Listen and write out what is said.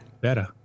Better